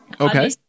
Okay